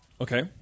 Okay